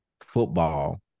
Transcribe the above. football